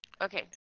okay